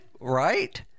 right